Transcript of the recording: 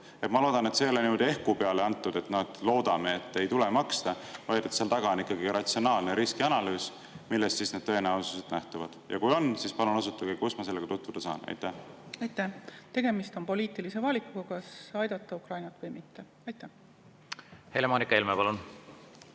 Ma loodan, et see ei ole niimoodi ehku peale antud, et loodame, et ei tule maksta, vaid seal taga on ikkagi ratsionaalne riskianalüüs, millest need tõenäosused lähtuvad. Kui nii on, siis palun osutage, kus ma sellega tutvuda saan. Aitäh! Tegemist on poliitilise valikuga, kas aidata Ukrainat või mitte. Helle-Moonika Helme, palun!